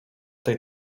tej